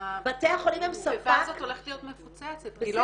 בתי החולים הם ספק -- התיבה הזאת הולכת להיות מפוצצת כי לא